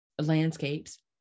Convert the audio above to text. landscapes